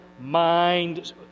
mind